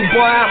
Boy